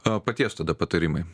o paties tada patarimai